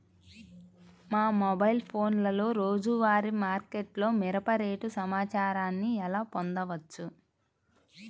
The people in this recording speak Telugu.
మా మొబైల్ ఫోన్లలో రోజువారీ మార్కెట్లో మిరప రేటు సమాచారాన్ని ఎలా పొందవచ్చు?